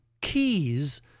keys